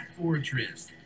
fortress